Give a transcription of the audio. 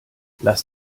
lass